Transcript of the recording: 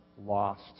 lost